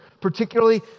particularly